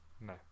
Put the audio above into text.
no